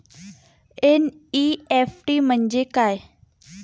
NEFT म्हणजे काय?